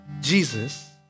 Jesus